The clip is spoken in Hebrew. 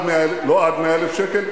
לא עד 100,000 שקל,